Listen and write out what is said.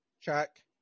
Check